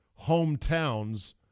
hometowns